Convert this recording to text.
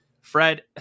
Fred